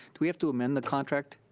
do we have to amend the contract?